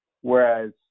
whereas